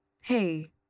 hey